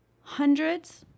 hundreds